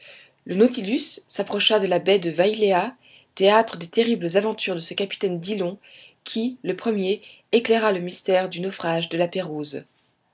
le nautilus s'approcha de la baie de wailea théâtre des terribles aventures de ce capitaine dillon qui le premier éclaira le mystère du naufrage de